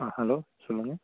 ஆ hello சொல்லுங்கள்